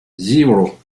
zero